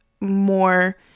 more